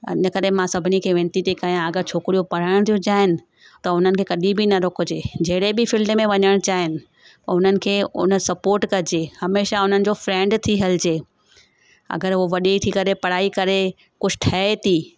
इनकरे मां सभिनि खे विनती थी कयां अगरि छोकिरियूं पढ़ण थियूं चाहिनि त उन्हनि खे कॾहिं बि न रोक जे जहिड़े बि फ़िल्ड में वञणु चाहिनि उन्हनि खे हुन सपोट कजे हमेशह उन्हनि जो फ्रैंड थी हलिजे अगरि उहा वॾी थी करे पढ़ाई करे कुझु ठहे थी